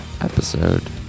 episode